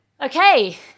okay